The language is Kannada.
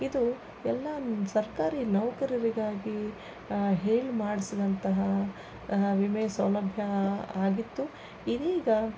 ಇದು ಎಲ್ಲ ಸರ್ಕಾರಿ ನೌಕರರಿಗಾಗಿ ಹೇಳಿ ಮಾಡಿಸಿದಂತಹ ವಿಮೆ ಸೌಲಭ್ಯ ಆಗಿತ್ತು ಇದೀಗ